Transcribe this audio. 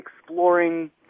exploring